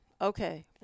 Okay